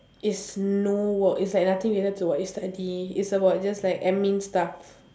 it's no work it's like nothing related to what you study it's about just like admin stuff